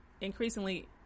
increasingly